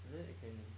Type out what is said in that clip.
like that you can